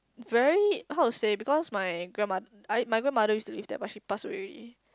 very how to say because my grandmo~ I my grandmother used to live there but she passed away already